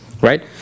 right